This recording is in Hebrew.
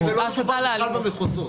והסתה לאלימות.